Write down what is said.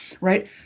Right